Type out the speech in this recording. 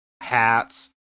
hats